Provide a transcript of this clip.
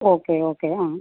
okay okay ആ